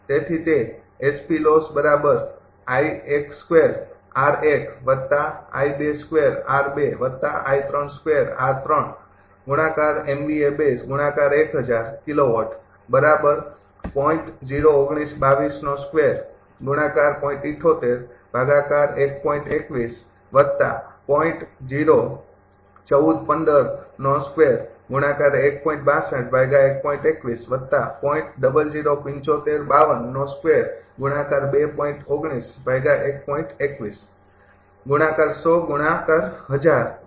તેથી તે છે